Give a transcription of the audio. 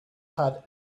had